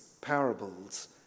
parables